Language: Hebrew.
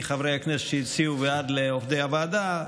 מחברי הכנסת שהציעו ועד לעובדי הוועדה,